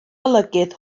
olygydd